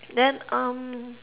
then um